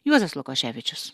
juozas lukoševičius